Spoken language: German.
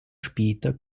später